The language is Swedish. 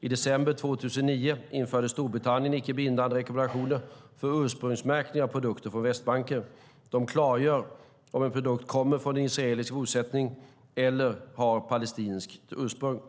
I december 2009 införde Storbritannien icke-bindande rekommendationer för ursprungsmärkning av produkter från Västbanken. De klargör om en produkt kommer från en israelisk bosättning eller har palestinskt ursprung.